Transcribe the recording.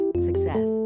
Success